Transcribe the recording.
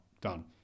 done